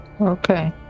okay